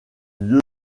lieu